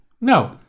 no